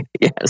Yes